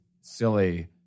silly